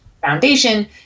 Foundation